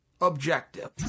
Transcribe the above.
objective